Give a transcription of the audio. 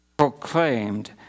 proclaimed